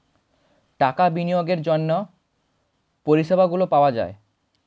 টাকা বিনিয়োগের জন্য পরিষেবাগুলো পাওয়া যায়